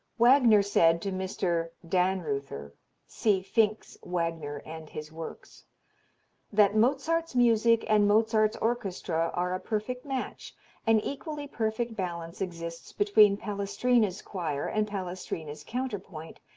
wagner said to mr. dannreuther see finck's wagner and his works that mozart's music and mozart's orchestra are a perfect match an equally perfect balance exists between palestrina's choir and palestrina's counterpoint,